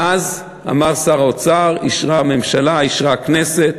ואז אמר שר האוצר, אישרה הממשלה, אישרה הכנסת,